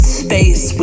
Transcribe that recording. space